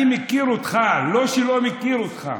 אני מכיר אותך, לא שלא מכיר אותך,